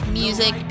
music